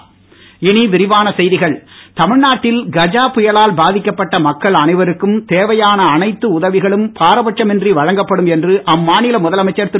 பழனிச்சாமி தமிழ்நாட்டில் கஜா புயலால் பாதிக்கப்பட்ட மக்கள் அனைவருக்கும் அரசு தேவையான அனைத்து உதவிகளும் பாரபட்சம் இன்றி வழங்கும் என்று அம்மாநில முதலமைச்சர் திரு